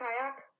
kayak